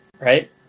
right